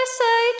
say